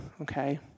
okay